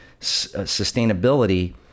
sustainability